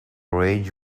rage